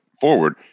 forward